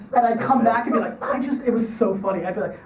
and i'd come back and be like i just, it was so funny. i'd be like,